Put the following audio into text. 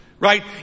Right